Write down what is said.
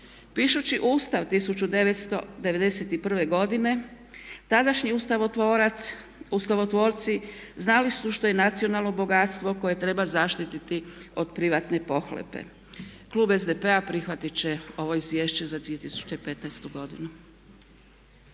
Pišući Ustav 1991.godine tadašnji ustavotvoraci znali su što je nacionalno bogatstvo koje treba zaštiti od privatne pohlepe. Klub SDP-a prihvatit će ovo izvješće za 2015.godinu.